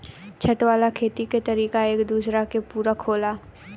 छत वाला खेती के तरीका एक दूसरा के पूरक होला